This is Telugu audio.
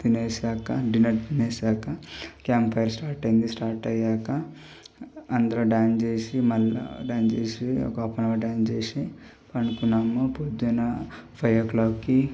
తినేసాక డిన్నర్ తినేసాక క్యాంప్ ఫైర్ స్టార్ట్ అయింది స్టార్ట్ అయ్యాక అందరూ డ్యాన్స్ చేసి డ్యాన్స్ చేసి ఒక హాఫ్ అండ్ అవర్ డ్యాన్స్ చేసి పడుకున్నాము పొద్దున ఫైవ్ ఓ క్లాక్కి